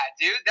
dude